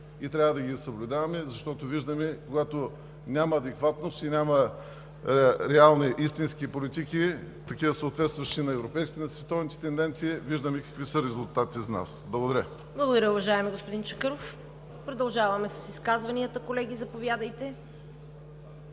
и трябва да ги съблюдаваме, защото виждаме, че когато няма адекватност и няма реални, истински политики, съответстващи на европейските и на световните тенденции виждаме какви са резултатите за нас. Благодаря. ПРЕДСЕДАТЕЛ ЦВЕТА КАРАЯНЧЕВА: Благодаря, уважаеми господин Чакъров. Продължаваме с изказванията. Колеги, заповядайте.